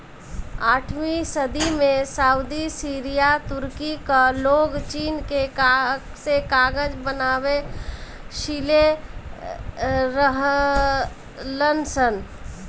आठवीं सदी में सऊदी, सीरिया, तुर्की कअ लोग चीन से कागज बनावे सिले रहलन सन